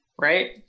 right